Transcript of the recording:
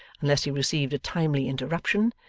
unless he received a timely interruption,